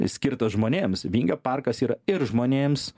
skirtas žmonėms vingio parkas yra ir žmonėms